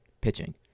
pitching